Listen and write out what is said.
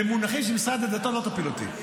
במונחים של משרד הדתות לא תפיל אותי,